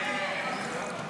אמן.